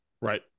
Right